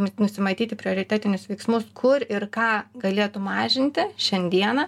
nu nusimatyti prioritetinius veiksmus kur ir ką galėtų mažinti šiandieną